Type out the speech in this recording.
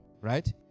right